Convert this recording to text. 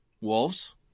Wolves